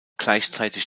gleichzeitig